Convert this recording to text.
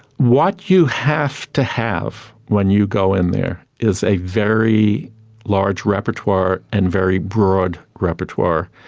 what you have to have when you go in there is a very large repertoire and very broad repertoire.